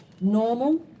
Normal